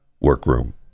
workroom